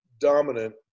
dominant